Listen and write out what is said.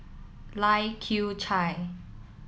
Lai Kew Chai